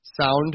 Sound